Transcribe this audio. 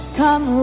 come